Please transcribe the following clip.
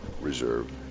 Reserve